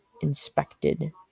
inspected